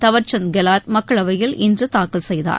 தவார் சந்த் கெல்லாட் மக்களவையில் இன்று தாக்கல் செய்தார்